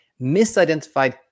misidentified